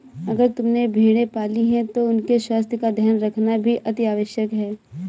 अगर तुमने भेड़ें पाली हैं तो उनके स्वास्थ्य का ध्यान रखना भी अतिआवश्यक है